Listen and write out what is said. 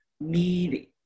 need